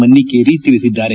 ಮನ್ಟಿಕೇರಿ ತಿಳಿಸಿದ್ದಾರೆ